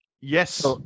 Yes